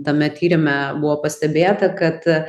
tame tyrime buvo pastebėta kad